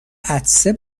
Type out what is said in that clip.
عطسه